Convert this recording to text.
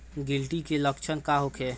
गिलटी के लक्षण का होखे?